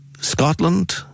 Scotland